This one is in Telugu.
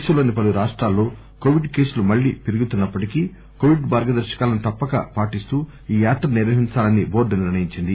దేశంలోని పలు రాష్టాల్లో కొవిడ్ కేసులు మళ్ళీ పెరుగుతున్న ప్పటికీ కొవిడ్ మార్గదర్శకాలను తప్పక పాటిస్తూ ఈ యాత్ర నిర్వహించాలని బోర్డు నిర్ణయించింది